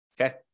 okay